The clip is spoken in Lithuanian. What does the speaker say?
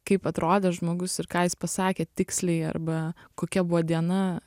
kaip atrodė žmogus ir ką jis pasakė tiksliai arba kokia buvo diena